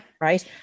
right